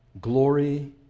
glory